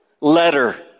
letter